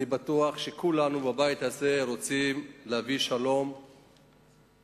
אני בטוח שכולנו בבית הזה רוצים להביא שלום למדינה,